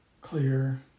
clear